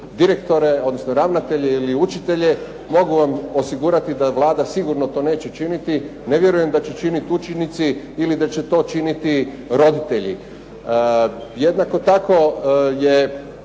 direktore, odnosno ravnatelje, odnosno učitelje. Mogu vam osigurati da Vlada to sigurno neće činiti. Ne vjerujem da će činiti učenici ili da će to činiti roditelji. Jednako tako je